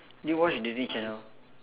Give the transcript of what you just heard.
do you watch Disney channel